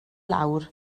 lawr